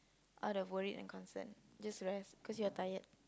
out of worry and concern just rest cause you're tired